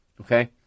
okay